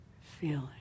feeling